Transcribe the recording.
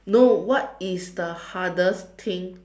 no what is the hardest thing